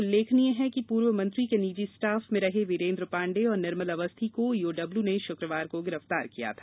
उल्लेखनीय है कि पूर्व मंत्री के निजी स्टाफ में रहे वीरेंद्र पांडे और निर्मल अवस्थी को ईओडब्ल्यू ने शुक्रवार को गिरफ्तार किया था